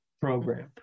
program